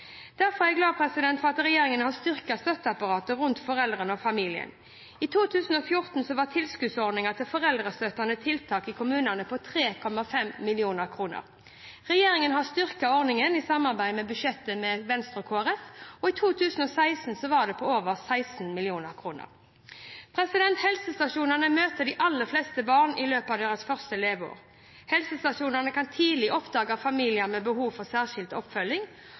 Derfor er jeg glad for at regjeringen har styrket støtteapparatet rundt foreldrene og familien. I 2014 var tilskuddsordningen til foreldrestøttende tiltak i kommunene på 3,5 mill. kr. Regjeringen har styrket ordningen i budsjettsamarbeidet med Venstre og Kristelig Folkeparti, og i 2016 var den på over 16 mill. kr. Helsestasjonene møter de aller fleste barn i løpet av deres første leveår. Helsestasjonene kan tidlig oppdage familier med behov for særskilt oppfølging.